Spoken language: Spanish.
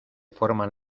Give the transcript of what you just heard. forman